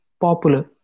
popular